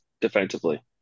defensively